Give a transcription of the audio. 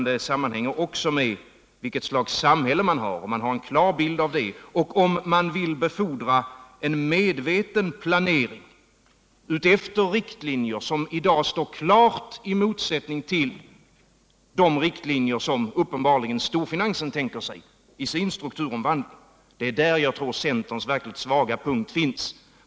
Det sammanhänger också med vilket slags samhälle man har. Man måste ha en klar bild av detta och veta om man vill befordra en medveten planering utefter riktlinjer som i dag står klart i motsättning till de riktlinjer storfinansen tänker sig i sin strukturomvandling. De är där vi tror centerns verkligt svaga punkt finns.